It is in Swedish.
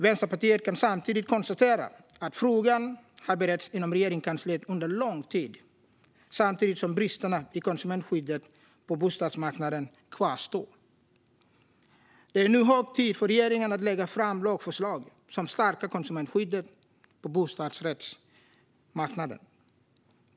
Vänsterpartiet kan samtidigt konstatera att frågan har beretts inom Regeringskansliet under lång tid samtidigt som bristerna i konsumentskyddet på bostadsrättsmarknaden kvarstår. Det är nu hög tid för regeringen att lägga fram lagförslag som stärker konsumentskyddet på bostadsrättsmarknaden.